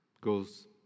goes